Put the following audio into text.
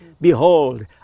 Behold